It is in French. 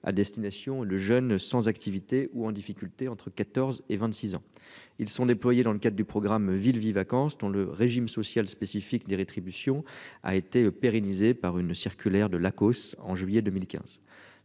à destination le jeune sans activité ou en difficulté entre 14 et 26 ans, ils sont déployés dans le cadre du programme Ville-Vie-Vacances dont le régime social spécifique des rétributions a été pérennisé par une circulaire de l'Acoss, en juillet 2015,